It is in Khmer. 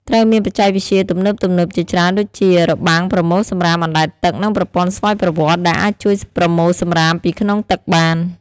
ត្រូវមានបច្ចេកវិទ្យាទំនើបៗជាច្រើនដូចជារបាំងប្រមូលសំរាមអណ្តែតទឹក និងប្រព័ន្ធស្វ័យប្រវត្តិ ដែលអាចជួយប្រមូលសំរាមពីក្នុងទឹកបាន។